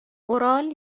اورال